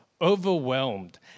overwhelmed